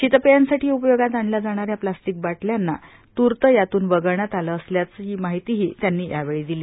शितपेयांसाठी उपयोगात आणल्या जाणाऱ्या प्लॅस्टीक बाटल्यांना तूर्त यातून वगळण्यात आलं असल्याची माहितीही त्यांनी यावेळी दिली